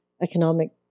economic